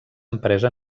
empresa